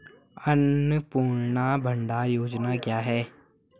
अन्नपूर्णा भंडार योजना क्या है?